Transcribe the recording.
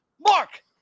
Mark